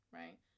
right